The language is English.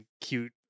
cute